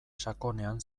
sakonean